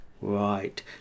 Right